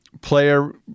player